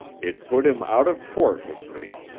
it put him out of court with me.